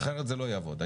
אחרת זה לא יעבוד.